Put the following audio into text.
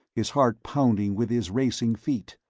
his heart pounding with his racing feet.